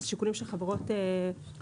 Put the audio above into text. אלו שיקולים של חברות פרטיות.